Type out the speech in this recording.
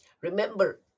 remember